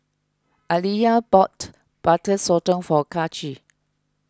Aaliyah bought Butter Sotong for Kaci